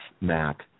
Mac